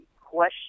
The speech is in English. question